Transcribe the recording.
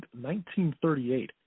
1938